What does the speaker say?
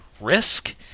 Risk